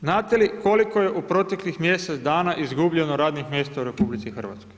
Znate li koliko je u proteklih mjesec dana izgubljeno radnih mjesta u RH?